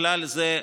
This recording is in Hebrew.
ובכלל זה,